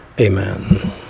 Amen